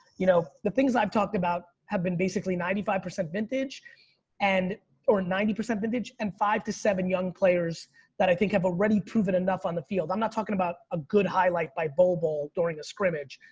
you know, the things i've talked about have been basically ninety five percent vintage and or ninety percent vintage and five to seven young players that i think have already proven enough on the field. i'm not talking about a good highlight by bol bol during a scrimmage.